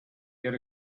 yet